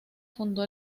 fundó